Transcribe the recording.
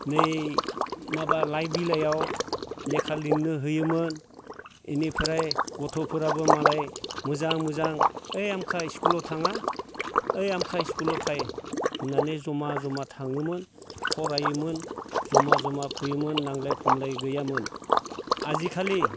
नै माबा लाइ बिलाइयाव लेखा लिरनो होयोमोन बेनिफ्राय गथ'फोराबो मालाय मोजां मोजां ओइ आमखा स्कुलाव थाङा ओइ आमखा स्कुलाव फै होननानै जमा जमा थाङोमोन फरायोमोन जमा जमा फैयोमोन नांज्लाय खमलाय गैयामोन आजिखालि